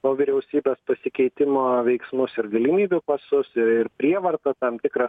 po vyriausybės pasikeitimo veiksmus ir galimybių pasus ir prievartą tam tikrą